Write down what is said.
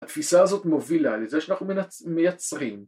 ‫התפיסה הזאת מובילה, ‫לזה שאנחנו מייצרים.